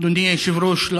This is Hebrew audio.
אדוני היושב-ראש,